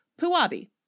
Puabi